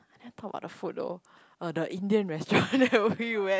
I never talk about the food though er the Indian restaurant that we went